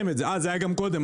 אה זה היה גם קודם?